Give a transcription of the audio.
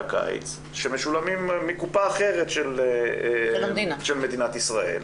הקיץ שמשולמים מקופה אחרת של מדינת ישראל,